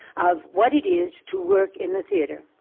of what it is to work in the theatre,